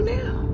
now